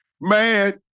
Man